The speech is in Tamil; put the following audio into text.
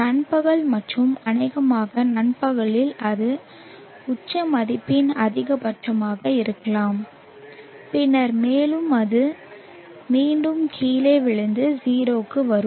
நண்பகல் மற்றும் அநேகமாக நண்பகலில் அது உச்ச மதிப்பின் அதிகபட்சமாக இருக்கலாம் பின்னர் மேலும் அது மீண்டும் கீழே விழுந்து 0 க்கு வரும்